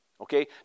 okay